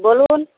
বলুন